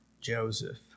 Joseph